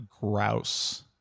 grouse